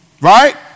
Right